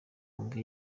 wumve